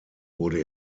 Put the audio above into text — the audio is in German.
wurde